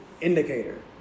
indicator